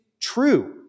true